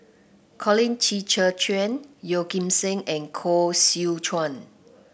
Colin Qi Zhe Quan Yeo Kim Seng and Koh Seow Chuan